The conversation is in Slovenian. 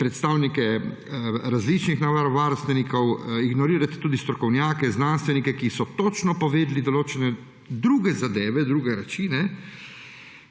predstavnikov različnih naravovarstvenikov. Ignorirate tudi strokovnjake, znanstvenike, ki so točno povedali določene druge zadeve, druge reči.